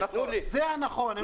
אותם בוועדה, זה הנכון.